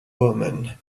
woman